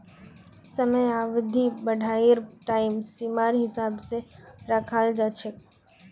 समयावधि पढ़ाईर टाइम सीमार हिसाब स रखाल जा छेक